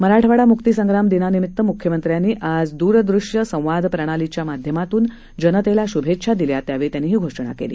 मराठवाडा मुक्तीसंग्राम दिनानिमित्त मुख्यमंत्र्यांनी आज दूरदृष्य संवाद प्रणालीच्या माध्यमातून जनतेला शुभेच्छा दिल्या त्यावेळी त्यांनी ही घोषणा केली